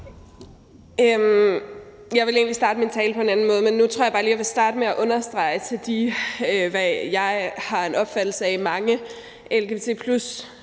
Jeg ville egentlig have startet min tale på en anden måde, men nu tror jeg bare lige, jeg vil starte med at understrege til de mange, har jeg en opfattelse af,